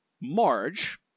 Marge